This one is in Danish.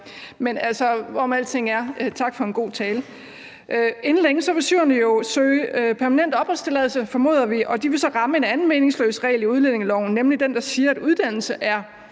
Men hvorom alting er, tak for en god tale. Inden længe vil syrerne søge om permanent opholdstilladelse, formoder vi, og de vil så ramme ind i en anden meningsløs regel i udlændingeloven, nemlig den, der siger, at uddannelse er